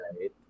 right